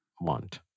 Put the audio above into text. want